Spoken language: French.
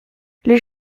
les